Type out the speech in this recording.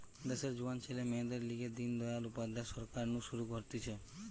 দেশের জোয়ান ছেলে মেয়েদের লিগে দিন দয়াল উপাধ্যায় সরকার নু শুরু হতিছে